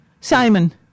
Simon